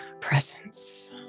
Presence